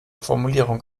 formulierung